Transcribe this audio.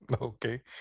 okay